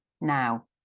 Now